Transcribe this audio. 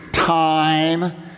time